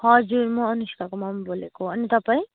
हजुर म अनुष्काको मम्मी बोलेको अनि तपाईँ